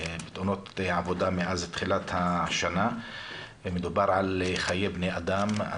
עבודה מאז תחילת השנה ומדובר על חיי בני אדם.